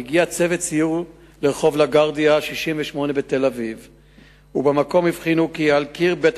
רצוני לשאול: 1. האם נכון הדבר?